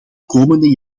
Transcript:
komende